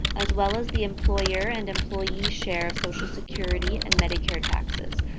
as well as the employer and employees share of social security and medicare taxes,